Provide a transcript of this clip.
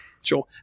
Sure